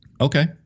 Okay